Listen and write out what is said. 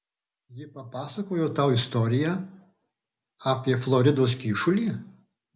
ji papasakojo tau istoriją apie floridos kyšulį